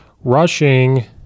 Rushing